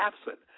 absent